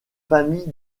famille